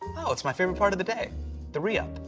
oh, it's my favorite part of the day the re-up.